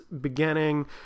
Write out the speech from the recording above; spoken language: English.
beginning